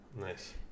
Nice